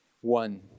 One